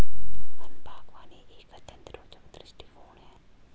one बागवानी एक अत्यंत रोचक दृष्टिकोण है